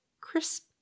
crisp